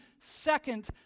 second